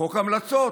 חוק ההמלצות,